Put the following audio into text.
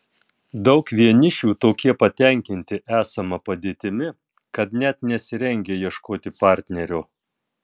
daug vienišių tokie patenkinti esama padėtimi kad net nesirengia ieškoti partnerio